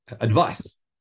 advice